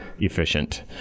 Efficient